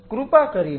કૃપા કરીને